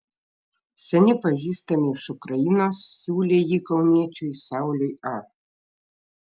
seni pažįstami iš ukrainos siūlė jį kauniečiui sauliui a